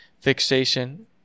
fixation